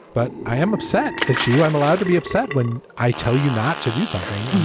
but i am upset at you i'm allowed to be upset when i tell you not to do something.